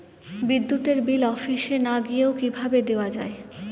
বিদ্যুতের বিল অফিসে না গিয়েও কিভাবে দেওয়া য়ায়?